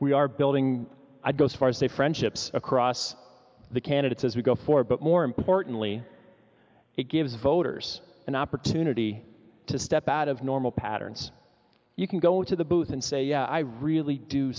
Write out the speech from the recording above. we are building i'd go so far as the friendships across the candidates as we go for but more importantly it gives voters an opportunity to step out of normal patterns you can go into the booth and say yeah i really do